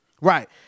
Right